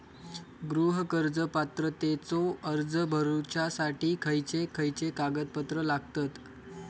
गृह कर्ज पात्रतेचो अर्ज भरुच्यासाठी खयचे खयचे कागदपत्र लागतत?